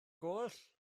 goll